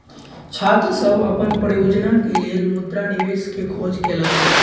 छात्र सभ अपन परियोजना के लेल मुद्रा निवेश के खोज केलक